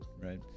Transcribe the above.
right